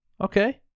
Okay